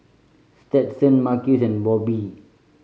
Stetson Marques and Bobbye